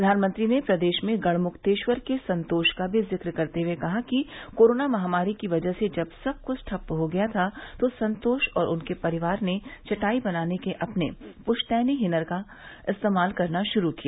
प्रधानमंत्री ने प्रदेश में गढ़मुक्तेश्वर के संतोष का भी जिक्र करते हए कहा कि कोरोना महामारी की वजह से जब सब कुछ ठप हो गया था तो संतोष और उनके परिवार ने चटाई बनाने के अपने पृश्तैनी हनर का इस्तेमाल करना श्रू किया